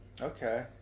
Okay